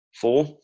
Four